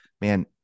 man